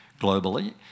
globally